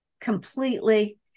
completely